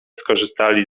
skorzystali